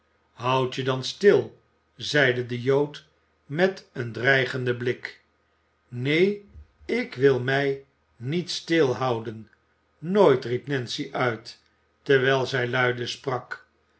houd je dan stil zeide de jood met een dreigenden blik neen ik wil mij niet stilhouden nooit riep nancy uit terwijl zij luide sprak